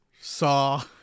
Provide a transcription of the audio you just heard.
Saw